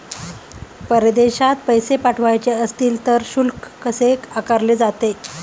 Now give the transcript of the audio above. परदेशात पैसे पाठवायचे असतील तर शुल्क कसे आकारले जाते?